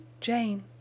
Jane